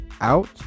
out